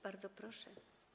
Bardzo proszę.